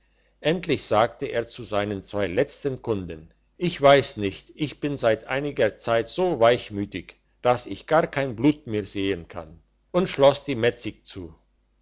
endlich sagte er zu seinen zwei letzten kunden ich weiss nicht ich bin seit einiger zeit so weichmütig dass ich gar kein blut mehr sehen kann und schloss die metzig zu